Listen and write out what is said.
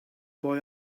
boy